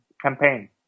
campaign